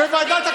למה שהשופטים,